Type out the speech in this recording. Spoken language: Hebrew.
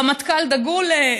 רמטכ"ל דגול,